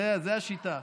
זו השיטה.